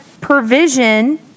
provision